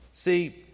See